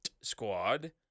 Squad